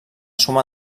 suma